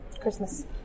Christmas